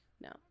no